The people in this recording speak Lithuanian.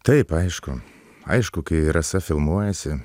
taip aišku aišku kai rasa filmuojasi